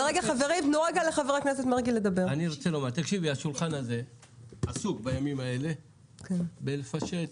השולחן הזה עסוק בימים אלה בלפשט